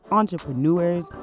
entrepreneurs